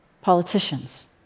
politicians